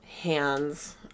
hands